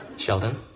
Sheldon